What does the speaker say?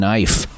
Knife